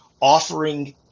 offering